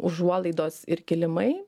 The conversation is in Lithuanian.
užuolaidos ir kilimai